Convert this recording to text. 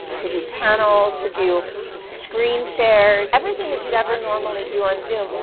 to do panels, to do screen shares. everything that you'd ever normally do and zoom,